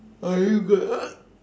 are you go~